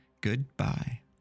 Goodbye